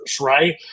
right